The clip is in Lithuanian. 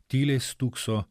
tyliai stūkso